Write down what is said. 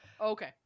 Okay